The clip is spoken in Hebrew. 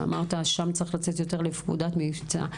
שאמרת ששם צריך לצאת יותר לפקודת מבצע,